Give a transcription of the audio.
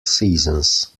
seasons